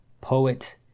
poet